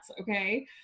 Okay